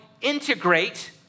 integrate